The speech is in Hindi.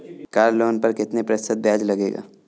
कार लोन पर कितने प्रतिशत ब्याज लगेगा?